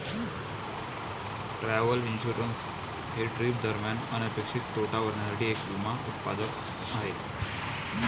travel insurance हे trip दरम्यान अनपेक्षित तोटा भरण्यासाठी एक विमा उत्पादन आहे